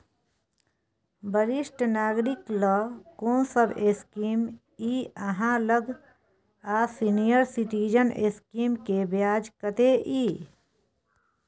वरिष्ठ नागरिक ल कोन सब स्कीम इ आहाँ लग आ सीनियर सिटीजन स्कीम के ब्याज कत्ते इ?